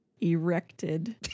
erected